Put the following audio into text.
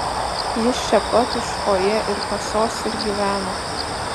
jis čia pat už fojė ir kasos ir gyveno